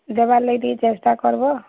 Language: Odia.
ଦେବାର୍ ଲାଗି ଟିକେ ଚେଷ୍ଟା କର୍ବ